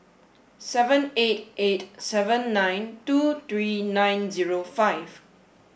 seven eight eight seven nine two three nine zero five